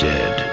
Dead